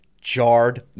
jarred